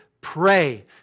pray